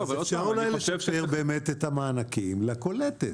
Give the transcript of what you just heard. אני חושב שיש באמת את המענקים לקולטת.